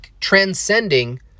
transcending